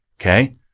okay